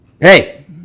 hey